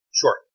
Sure